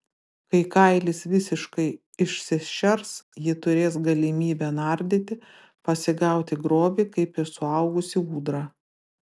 kai kailis visiškai išsišers ji turės galimybę nardyti pasigauti grobį kaip ir suaugusi ūdra